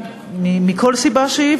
מכל סיבה שהיא,